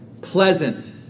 pleasant